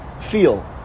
feel